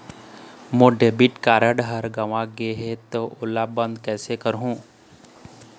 मोर debit card हर गंवा गैर गए हे त ओला बंद कइसे करहूं?